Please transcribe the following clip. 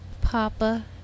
Papa